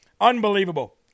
Unbelievable